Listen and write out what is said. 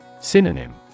Synonym